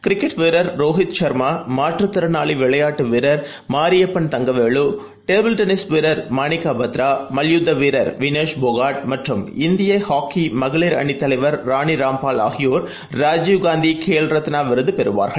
cricket வீரர் ரோஹித் ஷர்மாமாற்றுத் திறணாளிவிளையாட்டுவீரர் மாரியப்பன் தங்கவேலுடேபிள் டென்னீஸ் வீரர் மாணிகாபாத்ராமவ்யுத்தவீரர் வினேஷ் பொகாட் மற்றும் இந்தியன் ஹாக்கிமகளிர் அணித் தலைவர் ராணிராம்பால் ஆகியோர் ராஜீவ் காந்திகேல் ரத்னாவிருதுபெறுவார்கள்